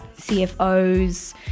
cfos